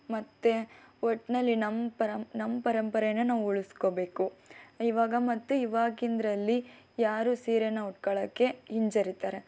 ಮತ್ತೆ ಒಟ್ಟಿನಲ್ಲಿ ನಮ್ಮ ಪರಮ ನಮ್ಮ ಪರಂಪರೆನ ನಾವು ಉಳ್ಸ್ಕೋಬೇಕು ಇವಾಗ ಮತ್ತೆ ಇವಾಗಿಂದರಲ್ಲಿ ಯಾರು ಸೀರೆನ ಉಟ್ಕೊಳ್ಳೋಕ್ಕೆ ಹಿಂಜರಿತಾರೆ